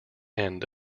end